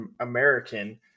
American